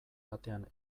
batean